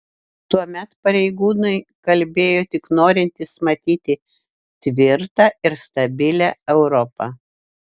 tuomet pareigūnai kalbėjo tik norintys matyti tvirtą ir stabilią europą